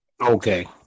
okay